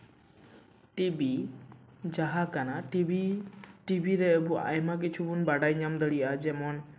TV ᱡᱟᱦᱟᱸ ᱠᱟᱱᱟ TV TV ᱨᱮ ᱟᱭᱢᱟ ᱠᱤᱪᱷᱩ ᱵᱚᱱ ᱵᱟᱰᱟᱭ ᱧᱟᱢ ᱫᱟᱲᱮᱭᱟᱜᱼᱟ ᱡᱮᱢᱚᱱ